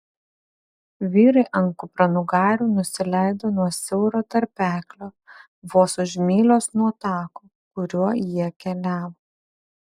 vyrai ant kupranugarių nusileido nuo siauro tarpeklio vos už mylios nuo tako kuriuo jie keliavo